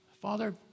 Father